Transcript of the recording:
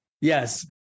Yes